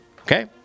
Okay